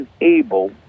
unable